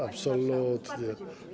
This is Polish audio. Absolutnie.